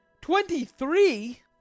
Twenty-three